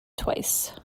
twice